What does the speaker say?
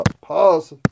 Pause